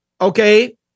Okay